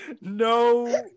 No